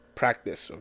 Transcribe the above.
practice